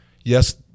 Yes